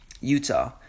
Utah